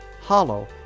Hollow